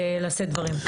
לשאת דברים.